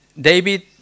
David